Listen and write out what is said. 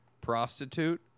Prostitute